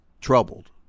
troubled